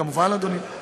הבריאות כמובן, אדוני.